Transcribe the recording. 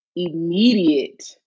immediate